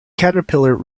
caterpillar